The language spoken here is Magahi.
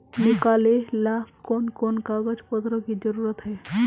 निकाले ला कोन कोन कागज पत्र की जरूरत है?